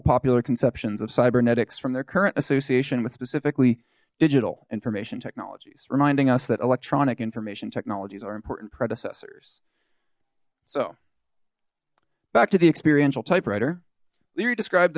popular conceptions of cybernetics from their current association with specifically digital information technologies reminding us that electronic information technologies are important predecessors so back to the experiential typewriter leary described